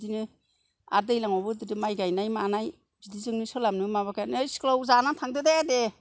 बिदिनो आर दैलांयावबो माइ गायनाय मानाय बिदिजोंनो सोलाबनो माबा गा नै स्कुलाव जानानै थांदो दे दे